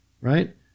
right